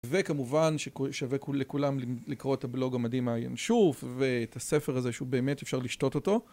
וכמובן שווה לכולם לקרוא את הבלוג המדהים הינשוף ואת הספר הזה שהוא באמת אפשר לשתות אותו